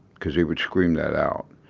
cause they would scream that out.